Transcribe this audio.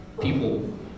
people